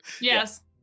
yes